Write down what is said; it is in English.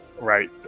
Right